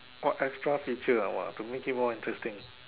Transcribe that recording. what extra feature ah !wah! to make it more interesting